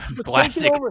classic